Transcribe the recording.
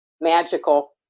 magical